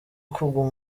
kuguma